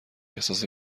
احساس